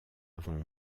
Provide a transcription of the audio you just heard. avant